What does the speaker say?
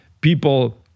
people